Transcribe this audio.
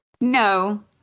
No